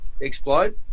explode